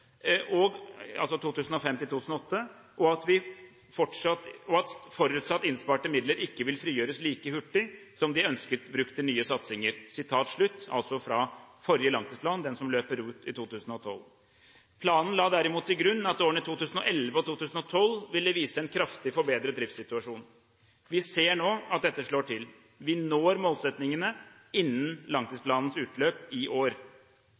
og at forutsatt innsparte midler ikke frigjøres like hurtig som de er ønsket brukt til nye satsninger.» Planen la derimot til grunn at årene 2011 og 2012 ville vise en kraftig forbedret driftssituasjon. Vi ser nå at dette slår til. Vi når målsettingene innen langtidsplanens utløp i år.